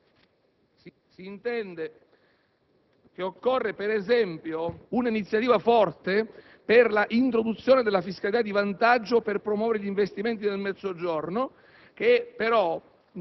tali proposte? Occorre, per esempio, un'iniziativa forte per l'introduzione della fiscalità di vantaggio, per promuovere gli investimenti nel Mezzogiorno, che,